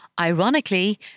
Ironically